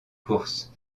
courses